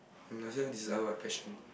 um this are my passion